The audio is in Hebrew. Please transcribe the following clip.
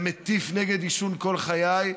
ומטיף נגד עישון כל חיי,